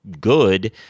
good